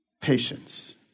patience